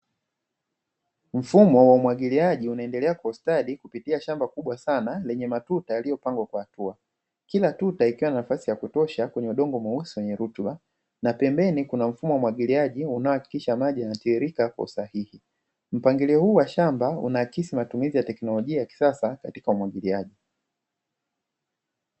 Mfumo wa umwagiliaji unaendelea kustawi kupitia shamba kubwa sana lenye matuta yaliyopangwa kwa hatua, kila tuta likiwa na nafasi ya kutosha kwenye udongo mweusi wenye rutuba, na pembeni kuna mfumo wa umwagiliaji unaakikisha maji yanatiririka kwa usahihi mpangilio huu wa shamba una akisi matumizi ya teknolojia ya kisasa katika umwagiliaji yake.